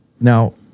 Now